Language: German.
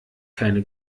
keine